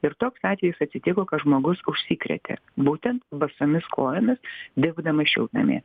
ir toks atvejis atsitiko kad žmogus užsikrėtė būtent basomis kojomis dirbdamas šiltnamyje